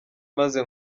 maze